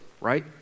right